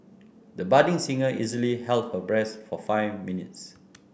the budding singer easily held her breath for five minutes